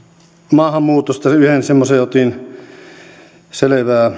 maahanmuutosta yhden asian otin selvää